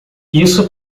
isso